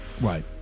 Right